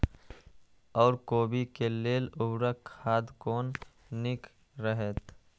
ओर कोबी के लेल उर्वरक खाद कोन नीक रहैत?